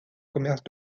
commerce